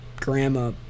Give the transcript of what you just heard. grandma